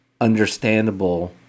understandable